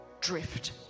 drift